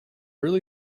really